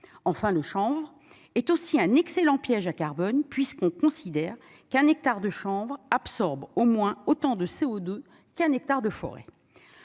enfin le chambre est aussi un excellent pièges à carbone puisqu'on considère qu'un hectare de chanvre absorbe au moins autant de CO2 qu'un hectare de forêt